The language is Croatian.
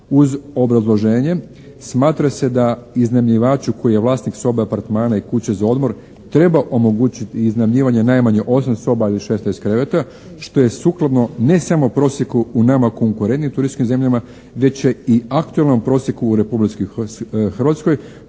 uz obrazloženje: smatraju se da iznajmljivaču koji je vlasnik sobe, apartmana i kuće za odmor treba omogućiti iznajmljivanje najmanje osam soba ili šesnaest kreveta što je sukladno ne samo prosjeku u nama konkurentski turističkim zemljama već je i aktualan prosjek u Republici Hrvatskoj